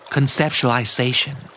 Conceptualization